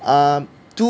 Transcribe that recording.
um two